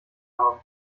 haben